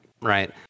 right